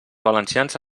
valencians